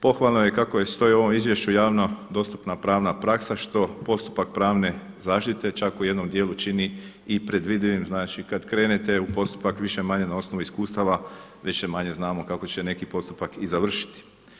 Pohvalno je i kako stoji u ovom izvješću javno dostupna pravna praksa što postupak pravne zaštite čak u jednom dijelu čini i predvidivim, znači kad krenete u postupak više-manje na osnovu iskustava više-manje znamo kako će neki postupak i završiti.